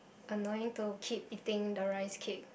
annoying to keep eating the rice cake